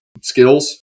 skills